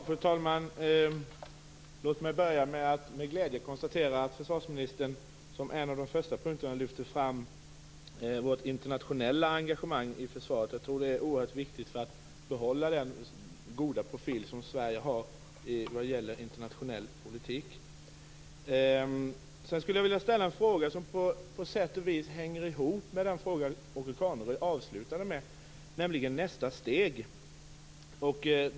Fru talman! Låt mig börja med att med glädje konstatera att försvarsministern som en av de första punkterna lyfte fram vårt internationella engagemang i försvaret. Jag tror att det är oerhört viktigt för att behålla den goda profil som Sverige har i internationell politik. Sedan skulle jag vilja ställa en fråga som på sätt vis hänger ihop med den fråga som Åke Carnerö avslutade med, nämligen nästa steg.